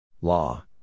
Law